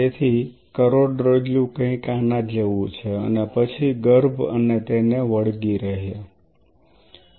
તેથી કરોડરજ્જુ કંઈક આના જેવું છે અને પછી ગર્ભ અને તેને વળગી રહેવું